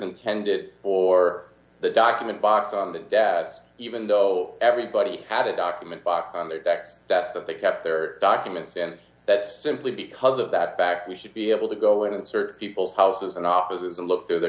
intended for the document box on the desk even though everybody had a document box on their tax that's that they kept their documents and that simply because of that back we should be able to go in and search people's houses and offices and look through the